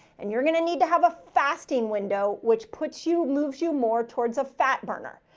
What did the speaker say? and you're going to need to have a fasting window, which puts you, moves you more towards a fat burner.